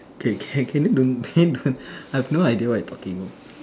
okay can can you don't I have no idea what you talking